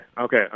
Okay